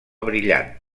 brillant